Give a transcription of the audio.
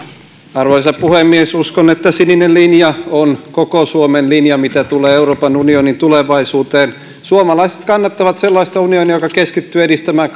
arvoisa puhemies uskon että sininen linja on koko suomen linja mitä tulee euroopan unionin tulevaisuuteen suomalaiset kannattavat sellaista unionia joka keskittyy edistämään